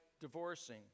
divorcing